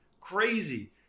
crazy